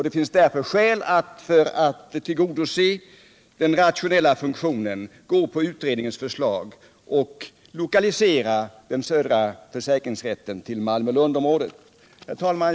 Det finns därför skäl att tillgodose den rationella funktionen, gå på utredningens förslag och lokalisera den södra försäkringsrätten till Malmö/Lund-området. Herr talman!